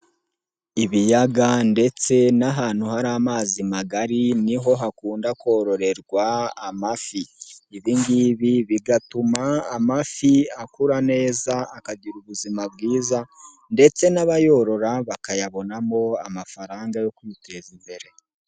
Ibiyaga ndetse n'ahantu hari amazi magari, niho hakunda kororerwa amafi, ibi ngibi bigatuma amafi akura neza, akagira ubuzima bwiza ndetse n'abayorora bakayabonamo amafaranga yo kwiteza imbere.